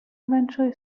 eventually